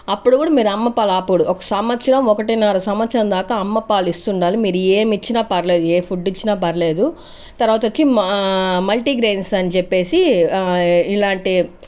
అప్పుడు కూడా మీరు అమ్మపాలు ఆపకూడదు ఒక్క సంవత్సరం ఒకటిన్నర సంవత్సరం దాకా అమ్మ పాలు ఇస్తుండాలి మీరు ఏమిచ్చినా పర్వాలేదు ఏ ఫుడ్ ఇచ్చినా పర్లేదు తర్వాత వచ్చి మా మల్టీ గ్రైన్స్ అని చెప్పేసి ఆ ఇలాంటి